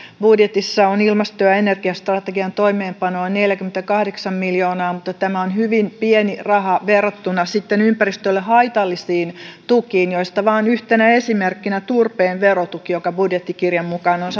budjetissa on ilmasto ja ja energiastrategian toimeenpanoon neljäkymmentäkahdeksan miljoonaa mutta tämä on hyvin pieni raha verrattuna sitten ympäristölle haitallisiin tukiin joista vain yhtenä esimerkkinä turpeen verotuki joka budjettikirjan mukaan on